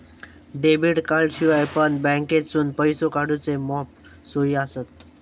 debit कार्डाशिवाय पण बँकेतसून पैसो काढूचे मॉप सोयी आसत